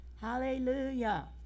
Hallelujah